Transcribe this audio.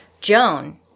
Joan